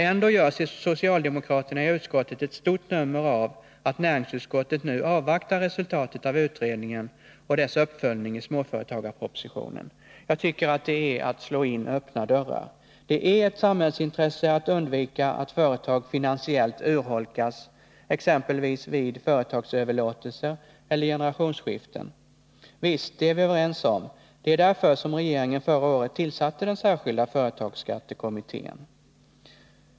Ändå gör socialdemokraterna i näringsutskottet ett stort nummer av att utskottet nu avvaktar resultatet av utredningen och dess uppföljning i småföretagarpropositionen. Jag tycker att det är att slå in öppna dörrar. Det är ett samhällsintresse att man undviker att företag finansiellt urholkas vid exempelvis företagsöverlåtelser eller generationsskiften. Visst. Det är vi överens om. Det var därför regeringen förra året tillsatte den särskilda företagsskattekommittén.